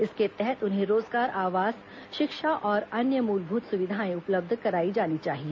इसके तहत उन्हें रोजगार आवास शिक्षा और अन्य मूलभूत सुविधाएं उपलब्ध कराई जानी चाहिए